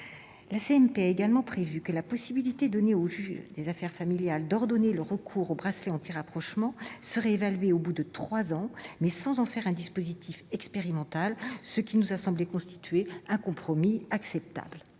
a également prévu que la possibilité donnée au juge aux affaires familiales d'ordonner le recours au bracelet anti-rapprochement serait évaluée au bout de trois ans, mais sans en faire un dispositif expérimental, ce qui nous a semblé constituer un compromis acceptable.